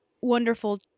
wonderful